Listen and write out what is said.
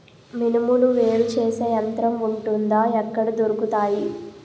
మినుములు వేరు చేసే యంత్రం వుంటుందా? ఎక్కడ దొరుకుతాయి?